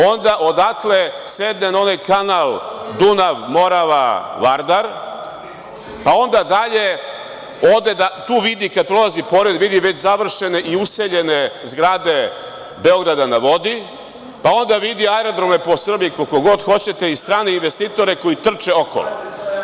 Onda odatle sedne na onaj kanal Dunav-Morava-Vardar, pa onda dalje, tu vidi, kada prolazi pored, vidi već završene i useljene zgrade „Beograda na vodi“, pa onda vidi aerodrome po Srbiji, koliko god hoćete, i strane investitore koji trče okolo.